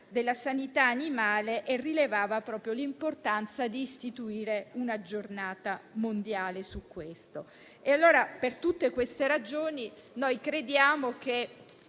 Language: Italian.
della sanità animale, che rilevava proprio l'importanza di istituire una giornata mondiale su questo punto. Per tutte queste ragioni, noi crediamo che,